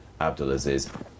Abdulaziz